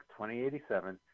2087